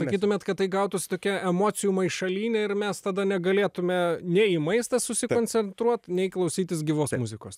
sakytumėt kad tai gautųsi tokia emocijų maišalynė ir mes tada negalėtume nei į maistą susikoncentruot nei klausytis gyvos muzikos